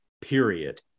period